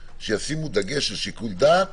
שישימו דגש על שיקל דעת